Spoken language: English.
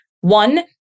one